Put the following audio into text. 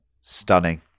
Stunning